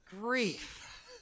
Grief